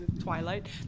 Twilight